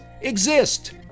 exist